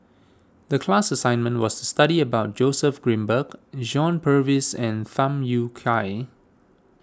the class assignment was study about Joseph Grimberg John Purvis and Tham Yui Kai